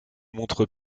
montrent